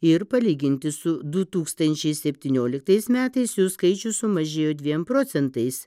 ir palyginti su du tūkstančiai septynioliktais metais jų skaičius sumažėjo dviem procentais